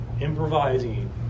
improvising